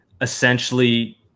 essentially